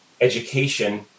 education